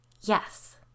Yes